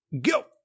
Go